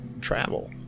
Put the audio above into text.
travel